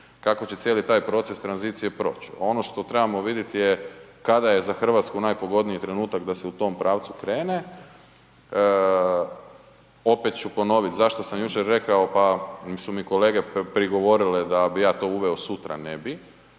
kako će cijeli taj proces tranzicije proći. Ono što trebamo vidjet je kada je za Hrvatsku najpogodniji trenutak da se u tom pravcu krene. Opet ću ponovit, zašto sam jučer rekao pa su mi kolege prigovorile da bi ja to uveo sutra, ne bi,